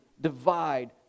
divide